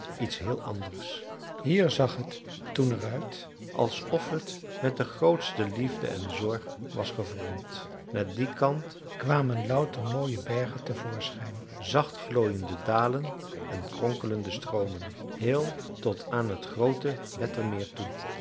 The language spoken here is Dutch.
iets heel anders hier zag het toen eruit alsof het met de grootste liefde en zorg was gevormd naar dien kant kwamen louter mooie bergen te voorschijn zacht glooiende dalen en kronkelende stroomen heel tot aan het groote wettermeer toe